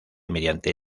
mediante